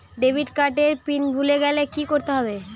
Debit card এর pin ভুলে গেলে কি করতে হবে?